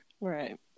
right